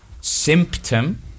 symptom